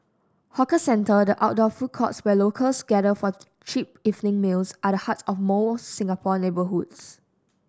hawker centre the outdoor food courts where locals gather for cheap evening meals are the heart of most Singapore neighbourhoods